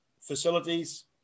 facilities